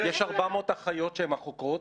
יש 400 אחיות שהן החוקרות,